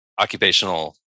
occupational